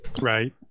Right